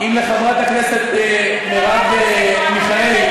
אם לחברת הכנסת מירב מיכאלי,